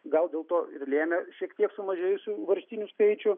gal dėl to ir lėmė šiek tiek sumažėjusių varžytinių skaičių